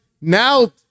Now